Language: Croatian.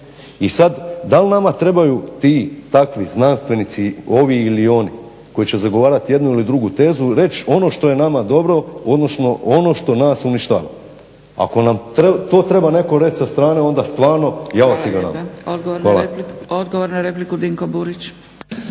I sad dal nama trebaju ti takvi znanstvenici ovi ili oni koji će zagovarati jednu ili drugu tezu ono što je nama dobro, odnosno ono što nas uništava. Ako nam to treba reći netko sa strane onda stvarno ja. Hvala. **Zgrebec, Dragica (SDP)** Odgovor na repliku, Dinko Burić.